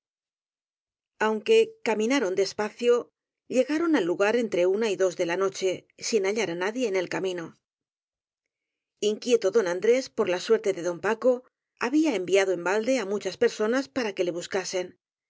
aunque caminaron despacio llegaron al lugar entre una y dos de la noche sin hallar á nadie en el camino inquieto don andrés por la suerte de don paco había enviado en balde á muchas personas para que le buscasen también la